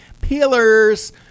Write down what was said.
peelers